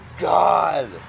God